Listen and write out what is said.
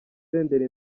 senderi